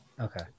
okay